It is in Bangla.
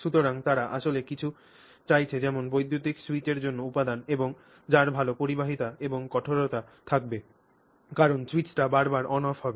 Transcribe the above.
সুতরাং তারা আসলে কিছু চাইছে যেমন বৈদ্যুতিক সুইচের জন্য উপাদান এবং যার ভাল পরিবাহিতা এবং কঠোরতা থাকবে কারণ স্যুইচটি বার বার অন অফ হবে